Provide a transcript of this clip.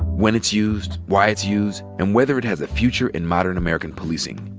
when it's used, why it's used, and whether it has a future in modern american policing.